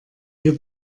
wir